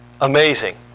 amazing